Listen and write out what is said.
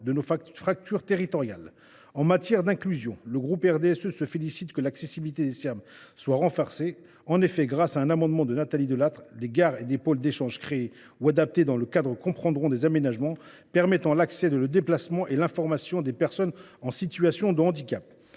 de fractures territoriales. À propos d’inclusion, le groupe du RDSE se félicite de ce que l’accessibilité des Serm soit renforcée. En effet, grâce à un amendement de Nathalie Delattre, les gares et pôles d’échanges créés ou adaptés dans leur cadre comprendront des aménagements permettant l’accès, le déplacement et l’information des personnes en situation de handicap.